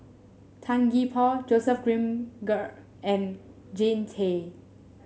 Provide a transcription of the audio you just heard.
Tan Gee Paw Joseph Grimberg and Jean Tay